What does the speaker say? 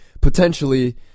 potentially